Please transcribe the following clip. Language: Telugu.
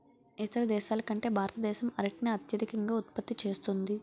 ఇతర దేశాల కంటే భారతదేశం అరటిని అత్యధికంగా ఉత్పత్తి చేస్తుంది